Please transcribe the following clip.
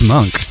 Monk